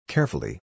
Carefully